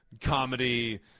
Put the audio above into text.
comedy